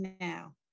now